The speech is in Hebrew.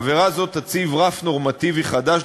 עבירה זו תציב רף נורמטיבי חדש,